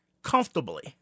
Comfortably